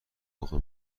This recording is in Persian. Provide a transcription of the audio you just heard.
اقا